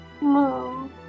No